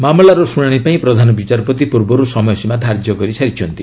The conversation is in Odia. ମାମଲାର ଶୁଣାଣି ପାଇଁ ପ୍ରଧାନବିଚାରପତି ପୂର୍ବରୁ ସମୟସୀମା ଧାର୍ଯ୍ୟ କରିସାରିଛନ୍ତି